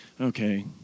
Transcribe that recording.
Okay